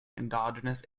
endogenous